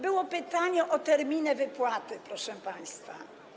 Było pytanie o terminy wypłaty, proszę państwa.